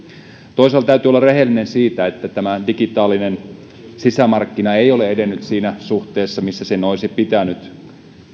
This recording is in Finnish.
toisaalta täytyy olla rehellinen siinä että tämä digitaalinen sisämarkkina ei ole edennyt siinä suhteessa missä sen olisi pitänyt